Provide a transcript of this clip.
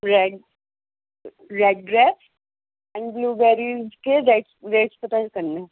red red grape and blue berries کے rates پتہ کرنے ہیں